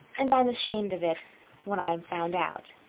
and i'm ashamed of it when i'm found out,